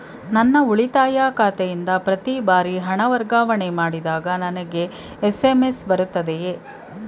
ನನ್ನ ಉಳಿತಾಯ ಖಾತೆಯಿಂದ ಪ್ರತಿ ಬಾರಿ ಹಣ ವರ್ಗಾವಣೆ ಮಾಡಿದಾಗ ನನಗೆ ಎಸ್.ಎಂ.ಎಸ್ ಬರುತ್ತದೆಯೇ?